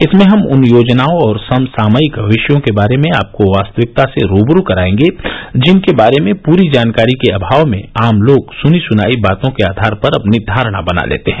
इसमें हम उन योजनाओं और समसामयिक वि ायों के बारे में आपको वास्तविकता से रूबरू कराएंगे जिनके बारे में पूरी जानकारी के अभाव में आम लोग सुनी सुनाई बातों के आधार पर अपनी धारणा बना लेते हैं